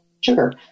sugar